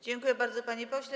Dziękuję bardzo, panie pośle.